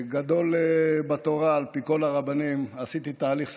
גדול בתורה על פי כל הרבנים, עשיתי תהליך סדור,